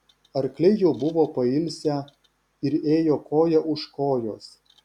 arkliai jau buvo pailsę ir ėjo koja už kojos